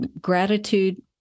gratitude